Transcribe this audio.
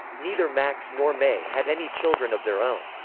neither max nor may had any children of their own.